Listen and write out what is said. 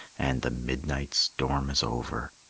and the midnight storm is over,